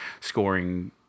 scoring